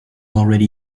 already